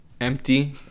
empty